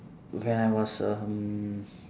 when I was um